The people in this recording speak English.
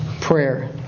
prayer